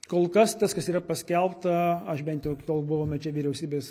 kol kas tas kas yra paskelbta aš bent jau kol buvome čia vyriausybės